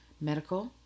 Medical